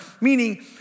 meaning